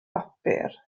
bapur